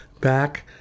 back